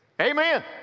Amen